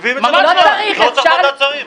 מביאים את זה --- לא צריך ועדת שרים.